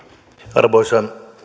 arvoisa